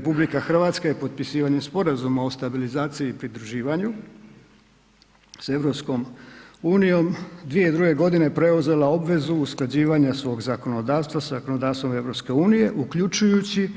RH je potpisivanjem Sporazuma o stabilizaciji i pridruživanju s EU 2002. g. preuzela obvezu usklađivanja svog zakonodavstva sa zakonodavstvom EU uključujući